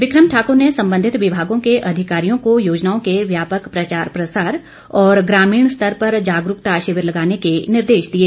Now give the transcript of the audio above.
बिक्रम ठाकुर ने संबंधित विभागों के अधिकारियों को योजनाओं के व्यापक प्रचार प्रसार और ग्रामीण स्तर पर जागरूकता शिविर लगाने के निर्देश दिए